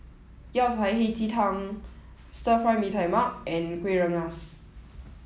Yao Cai Hei Ji Tang Stir Fry Mee Tai Mak and Kueh Rengas